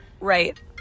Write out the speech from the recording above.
Right